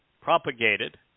propagated